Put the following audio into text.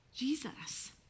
Jesus